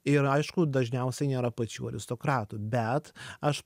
ir aišku dažniausiai nėra pačių aristokratų bet aš